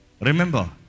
Remember